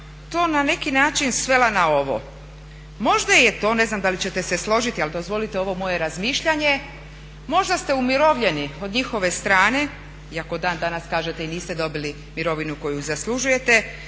to na neki način svela na ovo. Možda je to, ne znam da li ćete se složiti ali dozvolite ovo moje razmišljanje, možda ste umirovljeni od njihove strane, iako dan danas kažete i niste dobili mirovinu koju zaslužujete